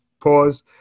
pause